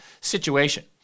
situation